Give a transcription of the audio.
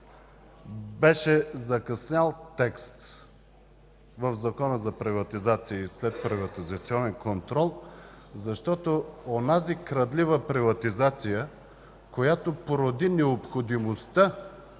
беше закъснял текст в Закона за приватизация и следприватизационен контрол, защото онази крадлива приватизация, която породи необходимостта